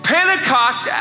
Pentecost